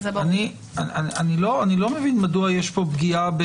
אני לא מבין מדוע יש פה פגיעה?